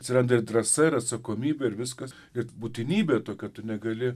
atsiranda ir drąsa ir atsakomybė ir viskas ir būtinybė tokia tu negali